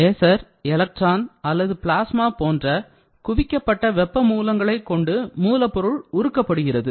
laser electron அல்லது plasma போன்ற குவிக்கப்பட்ட வெப்ப மூலங்களைக் கொண்டு மூலப்பொருள் உருக்கப்படுகிறது